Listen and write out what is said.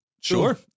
sure